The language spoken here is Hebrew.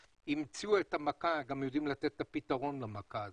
שהמציאו את המכה גם יודעים לתת את הפתרון למכה הזאת,